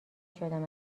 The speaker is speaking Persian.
شدم